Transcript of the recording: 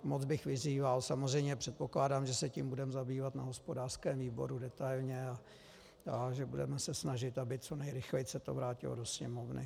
Moc bych vyzýval, samozřejmě předpokládám, že se tím budeme zabývat na hospodářském výboru detailně a že se budeme snažit, aby co nejrychleji se to vrátilo do sněmovny.